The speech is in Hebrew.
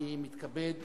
אני מתכבד